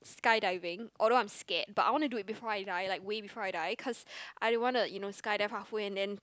skydiving although I am scared but I want to do it before I die like way before I die cause I don't want the you know skydive half way and then